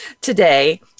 today